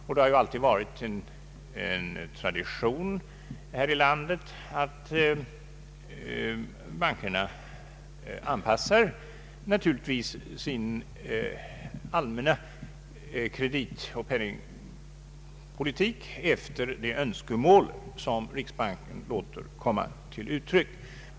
Det har alltid varit tradition här i landet att bankerna anpassar sin allmänna kreditoch penningpolitik till de önskemål som riksbanken låter komma till uttryck.